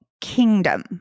Kingdom